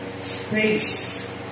space